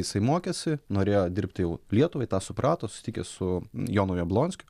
jisai mokėsi norėjo dirbti jau lietuvai tą suprato susitikęs su jonu jablonskiu